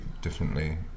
differently